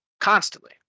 constantly